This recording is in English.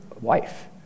wife